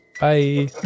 Bye